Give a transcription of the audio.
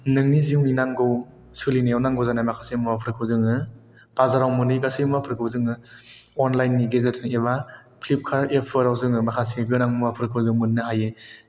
नोंनि जिउनि नांगौ सोलिनायाव नांगौ जानाय माखासे मुवाफोरखौ जोङो बाजाराव मोनै गासै मुवाफोरखौ जोङो अनलाइन नि गेजेरजों एबा फ्लिपकार्ट एप आव जोङो माखासे गोनां मुवाफोरखौ जों मोननो हायो